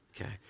Okay